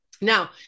Now